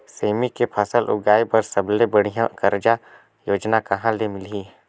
सेमी के फसल उगाई बार सबले बढ़िया कर्जा योजना कहा ले मिलही?